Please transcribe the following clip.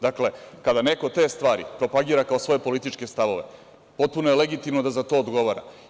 Dakle, kada neko te stvari propagira kao svoje političke stavove, potpuno je legitimno da za to odgovara.